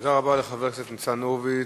תודה רבה לחבר הכנסת ניצן הורוביץ.